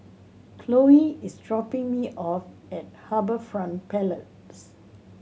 Chloie is dropping me off at HarbourFront Palace